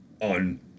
On